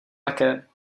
také